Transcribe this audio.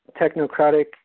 technocratic